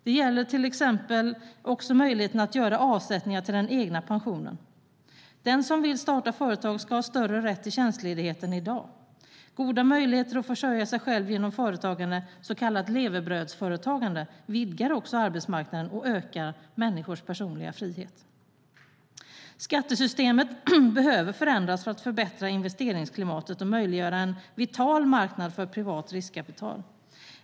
Det gäller till exempel möjligheten att göra avsättningar till den egna pensionen. Den som vill starta företag ska ha större rätt till tjänstledighet än i dag. Goda möjligheter att försörja sig själv genom företagande, så kallat levebrödsföretagande, vidgar arbetsmarknaden och ökar människors personliga frihet. Skattesystemet behöver förändras för att förbättra investeringsklimatet och möjliggöra en vital marknad för privat riskkapital.